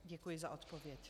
Děkuji za odpověď.